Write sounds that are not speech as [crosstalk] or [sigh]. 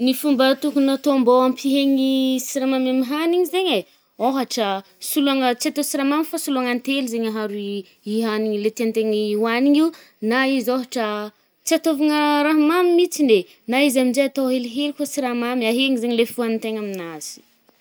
Ny fômba tokony atô mbô ampihegny [hesitation] siramamy amin’ny hanigny zaigny e, ôhatra soloagna [hesitation] tsy atao siramamy fô soloagna antely zaigny aharo i-i hanigny i le tiàntegny ohanigny io, na izy ôhatra [hesitation] tsy atôvigna raha mamy mitsiny eh, na izy aminje atô helihely koà siramamy, ahegny zaigny le foagnin-tegna aminazy.